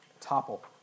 topple